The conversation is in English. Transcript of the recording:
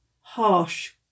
harsh